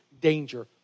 danger